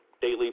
daily